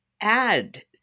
add